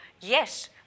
yes